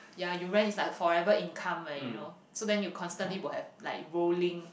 ya you rent is like forever income leh you know so then you constantly will have like bowling